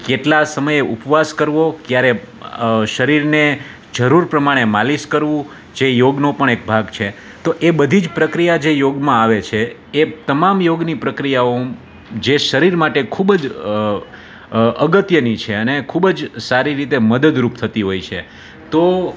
કેટલા સમયે ઉપવાસ કરવો ક્યારે શરીરને જરૂર પ્રમાણે માલિશ કરવું જે યોગનો પણ એક ભાગ છે તો એ બધી જ પ્રક્રિયા જે યોગમાં આવે છે એ તમામ યોગની પ્રક્રિયાઓ જે શરીર માટે ખૂબ જ અગત્યની છે અને ખૂબ જ સારી રીતે મદદરૂપ થતી હોય છે તો